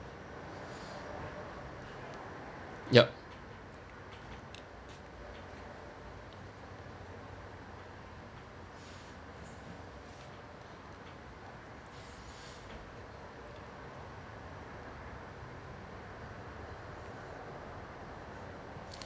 yup